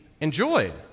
enjoyed